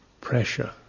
pressure